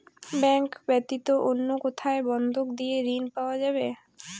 Bank ব্যাতীত অন্য কোথায় বন্ধক দিয়ে ঋন পাওয়া যাবে?